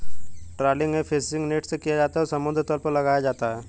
trawling एक fishing net से किया जाता है जो समुद्र तल पर लगाया जाता है